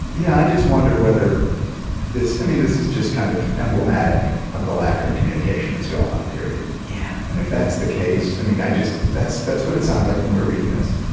yeah. i just wonder whether this. i mean this is just kind of emblematic of the lack of communication that's going on period. yeah. and if that's the case i mean i just. that's that's what it sounds like when we're reading this.